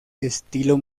estilo